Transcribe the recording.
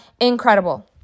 incredible